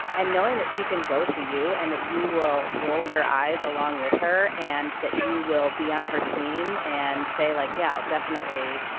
and knowing that she can go to you and that you will roll your eyes along with her and that you will be on her team and say, like, yow, definitely.